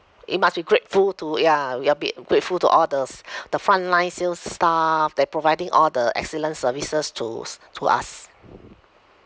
we must be grateful to ya ya be grateful to all the s~ the frontline sales staff they providing all the excellent services to s~ to us